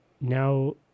Now